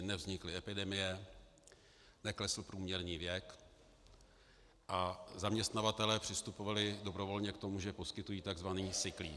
Nevznikly epidemie, neklesl průměrný věk a zaměstnavatelé přistupovali dobrovolně k tomu, že poskytují tzv. sick leave.